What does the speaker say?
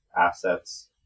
assets